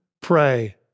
Pray